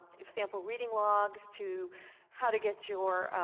example, reading logs to how to get your